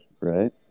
right